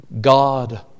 God